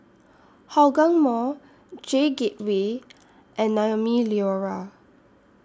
Hougang Mall J Gateway and Naumi Liora